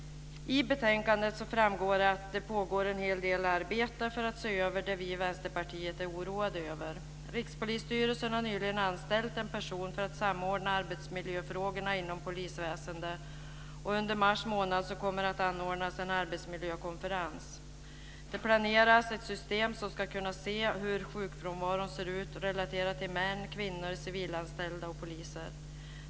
I betänkandet framgår att det pågår en hel del arbete för att se över det som vi i Vänsterpartiet är oroade över. Rikspolisstyrelsen har nyligen anställt en person för att samordna arbetsmiljöfrågorna inom polisväsendet, och under mars månad kommer en arbetsmiljökonferens att anordnas. Det planeras ett system så att man ska kunna se hur sjukfrånvaron ser ut relaterat till män, kvinnor, civilanställda och poliser.